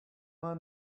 may